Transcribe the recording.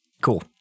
cool